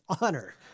honor